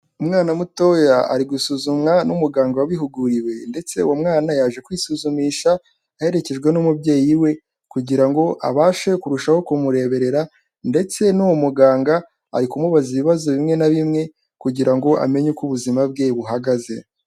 Umwana mutoya arigusuzumwa n'umuganga wabihuguriwe ndetse uwo mwana yaje kwisuzumisha aherekejwe n'umubyeyi we, kugira ngo abashe kurushaho kumureberera ndetse n'uwo muganga ari kumubaza ibibazo bimwe na bimwe kugira ngo amenye uko ubuzima bwe buhagaze.